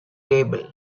table